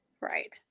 Right